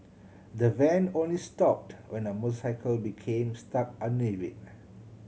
the van only stopped when a motorcycle became stuck underneath it